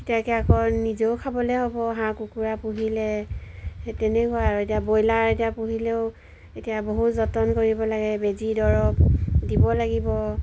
তেতিয়াকৈ আকৌ নিজেও খাবলৈ হ'ব হাঁহ কুকুৰা পুহিলে সেই তেনেকুৱা আৰু এতিয়া ব্ৰইলাৰ এতিয়া পুহিলেও এতিয়া বহুত যতন কৰিব লাগে বেজী দৰৱ দিব লাগিব